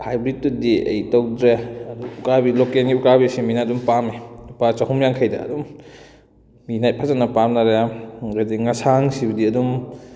ꯍꯥꯏꯕ꯭ꯔꯤꯠꯇꯨꯗꯤ ꯑꯩ ꯇꯧꯗ꯭ꯔꯦ ꯎꯀꯥꯕꯤ ꯂꯣꯀꯦꯜꯒꯤ ꯎꯀꯥꯕꯤꯁꯤ ꯃꯤꯅ ꯑꯗꯨꯝ ꯄꯥꯝꯃꯤ ꯂꯨꯄꯥ ꯆꯍꯨꯝ ꯌꯥꯡꯈꯩꯗ ꯑꯗꯨꯝ ꯃꯤꯅ ꯐꯖꯅ ꯄꯥꯝꯅꯔꯦ ꯑꯗꯨꯗꯩ ꯉꯁꯥꯡ ꯁꯤꯕꯨꯗꯤ ꯑꯗꯨꯝ